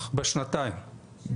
וזו הזדמנות